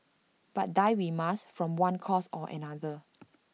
but die we must from one cause or another